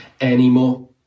anymore